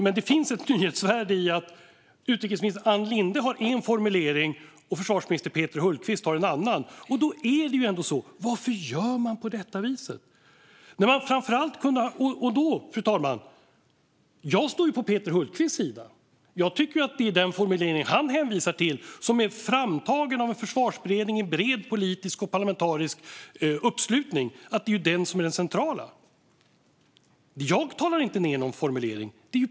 Men det finns ett nyhetsvärde i att utrikesminister Ann Linde har en formulering och försvarsminister Peter Hultqvist har en annan. Varför gör man på det viset? Fru talman! Jag står på Peter Hultqvists sida. Jag tycker att det är den formulering som han hänvisar till och som är framtagen av en försvarsberedning med bred politisk och parlamentarisk uppslutning som är den centrala. Jag talar inte ned någon formulering.